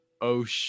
ocean